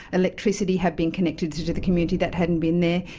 electricity had been connected to to the community that hadn't been there.